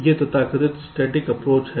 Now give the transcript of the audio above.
यह तथाकथित static approach है